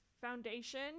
foundation